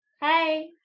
hey